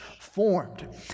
formed